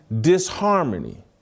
disharmony